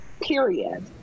Period